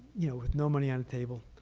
you know, with no money on the table,